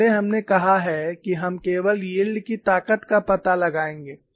पहले हमने कहा है कि हम केवल यील्ड की ताकत का पता लगाएंगे